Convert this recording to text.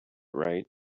right